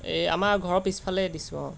এই আমাৰ ঘৰৰ পিছফালে দিছোঁ অঁ